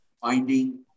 finding